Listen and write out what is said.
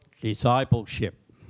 Discipleship